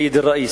סידי א-ראיס,